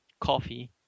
coffee